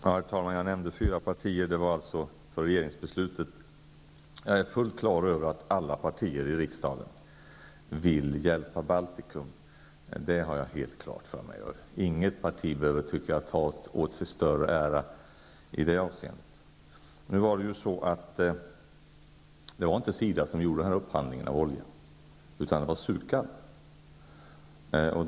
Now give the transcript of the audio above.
Herr talman! Jag nämnde fyra partier, och det var beträffande regeringsbeslutet. Jag är fullt på det klara med att alla partier i riksdagen vill hjälpa Baltikum. Inget parti behöver ta åt sig större ära i det avseendet. Det var inte SIDA som gjorde upphandlingen av oljan. Det var SUKAB.